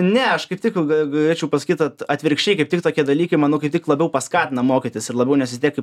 ne aš kaip tik galėčiau pasakyt at atvirkščiai kaip tik tokie dalykai manau kaip tik labiau paskatina mokytis ir labiau nes vis tiek kaip